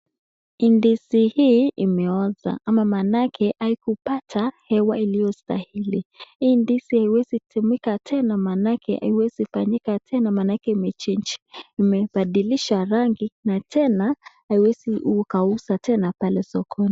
Ndizi hii imeoza ama manaake hupata hewa iliyostahili hii ndizi haiwezi tumika tena maanake haiwezi fanyika tena maanake imebadilisha rangi na tena haiwezi ukauza tena kwenye sokoni.